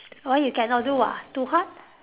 why you cannot do ah too hard